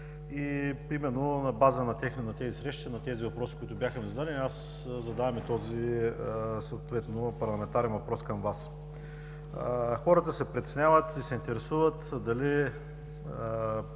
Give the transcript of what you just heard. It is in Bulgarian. Именно на база на тези срещи и въпроси, които ми бяха зададени, аз задавам и този парламентарен въпрос към Вас. Хората се притесняват и се интересуват дали